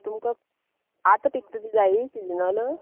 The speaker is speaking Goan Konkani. तुमका आता पिकता ती जाय सिजनल